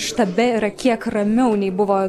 štabe yra kiek ramiau nei buvo